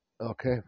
Okay